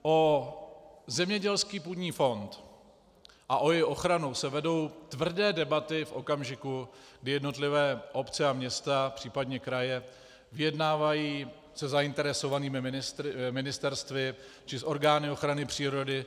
O zemědělský půdní fond a o jeho ochranu se vedou tvrdé debaty v okamžiku, kdy jednotlivá města a obce, případně kraje vyjednávají se zainteresovanými ministerstvy či s orgány ochrany přírody.